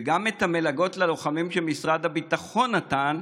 וגם את המלגות ללוחמים שמשרד הביטחון נתן,